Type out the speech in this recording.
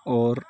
اور